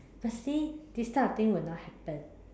firstly this type of thing will not happen